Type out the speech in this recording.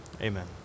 Amen